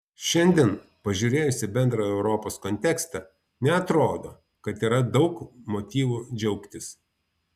šiandien pažiūrėjus į bendrą europos kontekstą neatrodo kad yra daug motyvų džiaugtis